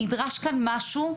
נדרש כאן משהו,